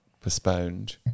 postponed